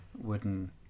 wooden